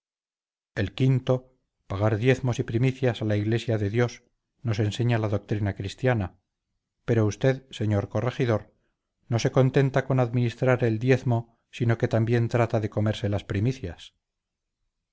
el quinto pagar diezmos y primicias a la iglesia de dios nos enseña la doctrina cristiana pero usted señor corregidor no se contenta con administrar el diezmo sino que también trata de comerse las primicias